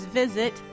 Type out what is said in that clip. visit